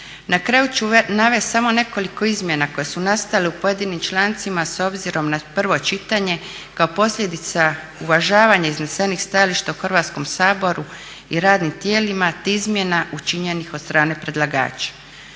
Na kraju ću navesti samo nekoliko izmjena koje su nastale u pojedinim člancima s obzirom na prvo čitanje kao posljedica uvažavanja iznesenih stajališta u Hrvatskom saboru i radnim tijelima, te izmjena učinjenih od strane predlagača.